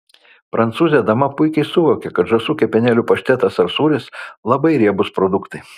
prancūzė dama puikiai suvokia kad žąsų kepenėlių paštetas ar sūris labai riebūs produktai